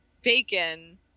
bacon